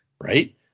right